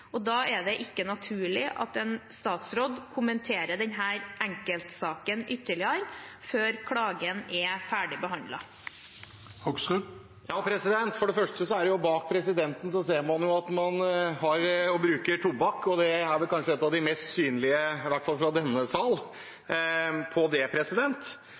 er til behandling. Det er ikke naturlig at en statsråd kommenterer denne enkeltsaken ytterligere før klagen er ferdigbehandlet. For det første: På bildet bak presidenten ser man at det brukes tobakk, og det er synlig, i hvert fall i denne salen. Jeg registrerer at statsråden viser til Helsedirektoratet, som sier at det